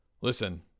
Listen